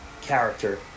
character